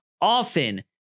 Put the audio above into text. often